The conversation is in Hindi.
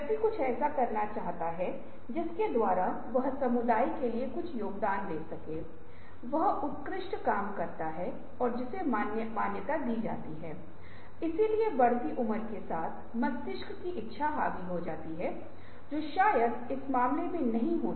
और कुछ गलत धारणाएं हैं कुछ लोग रचनात्मक हैं जबकि अन्य नहीं हैं हर किसी के पास एक दायाँ मस्तिष्क है और दायाँ मस्तिष्क विचार की पीढ़ी के लिए जवाबदेह है